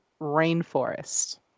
rainforest